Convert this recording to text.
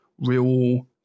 real